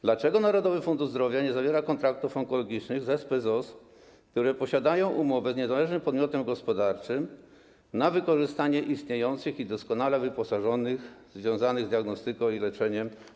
Dlaczego Narodowy Fundusz Zdrowia nie zawiera kontraktów onkologicznych z SP ZOZ, które posiadają umowę z niezależnym podmiotem gospodarczym na wykorzystanie istniejących i doskonale wyposażonych obiektów związanych z diagnostyką i leczeniem?